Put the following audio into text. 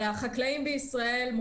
הרי החקלאים בישראל,